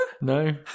No